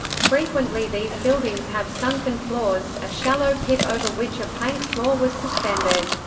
frequently these buildings have sunken floors a shallow pit over which a plank floor was suspended.